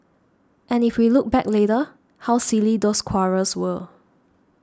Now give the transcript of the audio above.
and if we look back later how silly those quarrels were